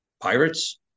pirates